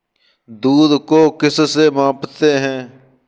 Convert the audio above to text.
दूध को किस से मापते हैं?